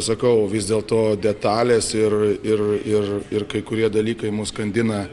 sakau vis dėlto detalės ir ir ir ir kai kurie dalykai mus skandina